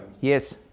Yes